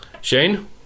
Shane